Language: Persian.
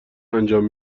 انجام